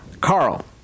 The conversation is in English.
Carl